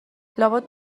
لابد